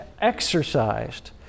exercised